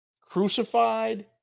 Crucified